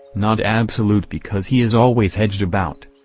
not absolute because he is always hedged about,